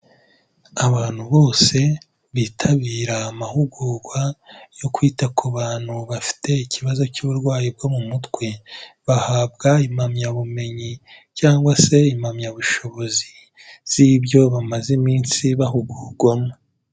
Abantu bose bitabira amahugurwa yo kwita ku bantu bafite ikibazo cy'uburwayi bwo mu mutwe, bahabwa impamyabumenyi cyangwa se impamyabushobozi z'ibyo bamaze iminsi bahugurwamo.